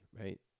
right